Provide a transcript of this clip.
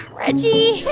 reggie,